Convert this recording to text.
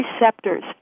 receptors